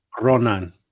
Ronan